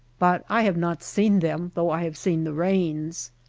but i have not seen them though i have seen the rains.